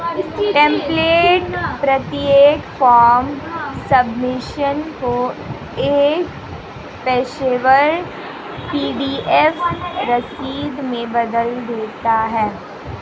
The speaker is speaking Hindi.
टेम्प्लेट प्रत्येक फॉर्म सबमिशन को एक पेशेवर पी.डी.एफ रसीद में बदल देता है